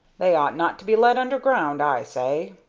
they ought not to be let underground, i say.